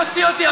תוציא אותי,